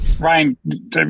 Ryan